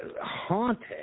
haunted